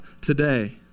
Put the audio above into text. today